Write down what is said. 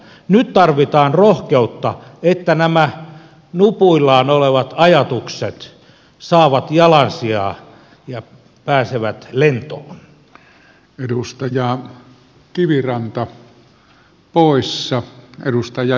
nyt tarvitaan rohkeutta että nämä nupuillaan olevat ajatukset saavat jalansijaa ja pääsevät lentoon